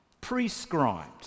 prescribed